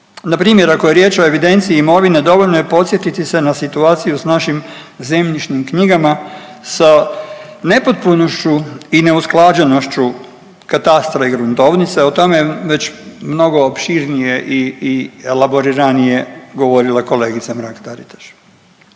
Npr. ako je riječ o evidenciji imovine, dovoljno je podsjetiti se na situaciju s našim zemljišnim knjigama sa nepotpunošću i neusklađenošću katastra i gruntovnice. O tome već mnogo opširnije i, i elaboriranije je govorila kolegica Mrak Taritaš.